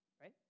right